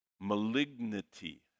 malignity